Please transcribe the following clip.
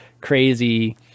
crazy